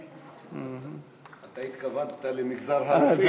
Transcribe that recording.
אתה התכוונת למגזר הרופאים.